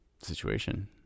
situation